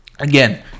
Again